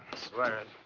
swear it.